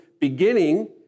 beginning